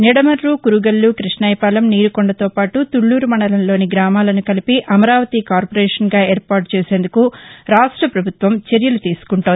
నిదమురు కురగల్లు క్బష్టాయపాలెం నీరుకొండతో పాటు తుళ్లూరు మండలంలోని గ్రామాలను కలిపి అమరావతి కార్పొరేషన్గా ఏర్పాటు చేసేందుకు రాష్ట పభుత్వ పభుత్వం చర్యలు తీసుకుంటోంది